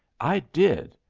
i did.